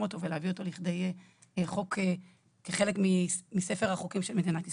אותו ולהביא אותו לכדי חוק כחלק מספר החוקים של מדינת ישראל.